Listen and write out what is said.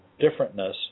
differentness